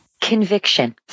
Conviction